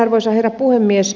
arvoisa herra puhemies